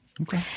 Okay